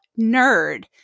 nerd